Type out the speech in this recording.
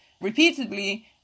repeatedly